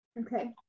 okay